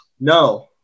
No